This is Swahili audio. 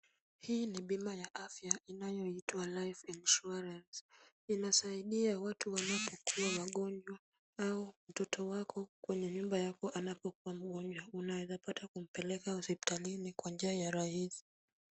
Hili ni bima ya afya, inayoitwa life Insurance . Inasaidia watu wanapokuwa wagonjwa au mtoto wako kwenye nyumba yako anapokuwa mgonjwa unaeza pata kumpeleka hospitalini kwa njia ya rahisi.